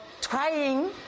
trying